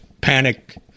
panic